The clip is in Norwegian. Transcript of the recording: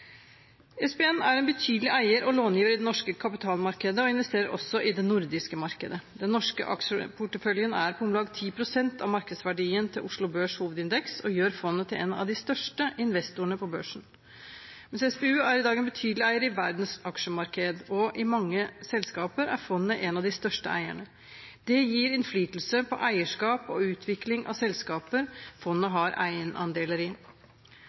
SPN er en betydelig eier og långiver i det norske kapitalmarkedet og investerer også i det nordiske markedet. Den norske aksjeporteføljen er på om lag 10 pst. av markedsverdien til Oslo Børs Hovedindeks og gjør fondet til en av de største investorene på børsen. SPU er i dag en betydelig eier i verdens aksjemarked, og i mange selskaper er fondet en av de største eierne. Det gir innflytelse på eierskap og utvikling av selskaper fondet har eierandeler i. Det er over tid utviklet et rammeverk for fondet i